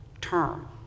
term